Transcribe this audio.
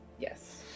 Yes